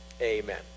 Amen